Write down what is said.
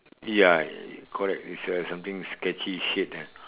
ya correct it's a something sketchy shade eh